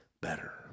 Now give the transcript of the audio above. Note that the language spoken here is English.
better